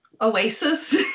oasis